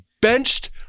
benched